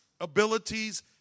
abilities